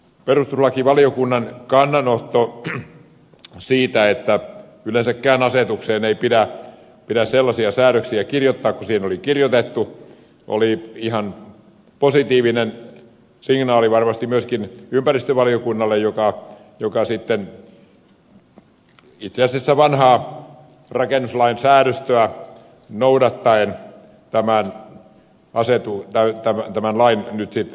perustuslakivaliokunnan kannanotto siitä että yleensäkään asetukseen ei pidä sellaisia säädöksiä kirjoittaa kuin siihen oli kirjoitettu oli ihan positiivinen signaali varmasti myöskin ympäristövaliokunnalle joka sitten itse asiassa vanhaa rakennuslain säädöstöä noudattaen tämän lain nyt sitten uudelleen kirjoitti